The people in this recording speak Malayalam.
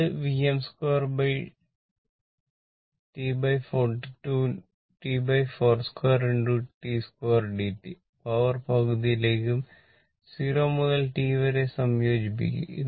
2t ആണെങ്കിൽ അത് Vm2T42 T2dt പവർ പകുതിയിലേക്കും 0 മുതൽ T4 വരെ സംയോജിപ്പിക്കും